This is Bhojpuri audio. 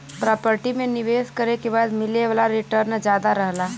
प्रॉपर्टी में निवेश करे के बाद मिले वाला रीटर्न जादा रहला